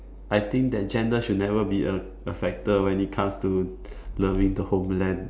I think that gender should never be a factor when it comes to loving the homeland